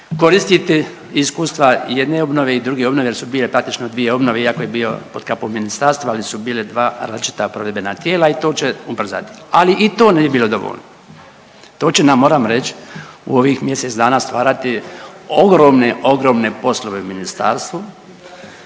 koristiti iskustva jedne obnove i druge obnove jer su dvije, praktično dvije obnove iako je bio pod kapom Ministarstva, ali su bila dva različita provedbena tijela i to će ubrzati. Ali i to nije bilo dovoljno. To će nam, moram reći, u ovih mjesec dana stvarati ogromne, ogromne poslove u Ministarstvu